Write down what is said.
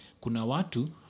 Kunawatu